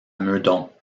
meudon